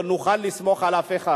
לא נוכל לסמוך על אף אחד,